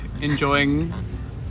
enjoying